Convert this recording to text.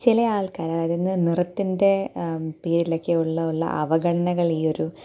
ചില ആൾക്കാർ അതായത് ഇന്ന് നിറത്തിന്റെ പേരിലൊക്കെയുള്ള ഉള്ള അവഗണനകൾ ഈ ഒരു